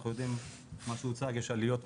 אנחנו יודעים מה שהוצג יש עליות תמידיות,